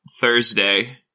Thursday